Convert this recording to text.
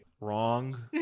wrong